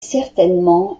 certainement